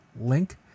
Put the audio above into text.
link